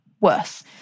worse